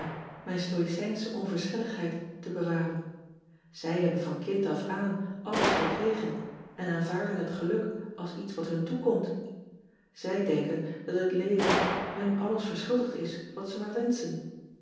mijn stoïcijnsche onverschilligheid te bewaren ij hebben van kind of aan alles gekregen en aanvaarden het geluk als iets wat hun toekomt ij denken dat het even hun alles verschuldigd is wat ze maar wenschen